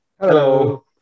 Hello